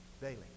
daily